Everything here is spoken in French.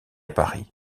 paris